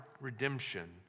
redemption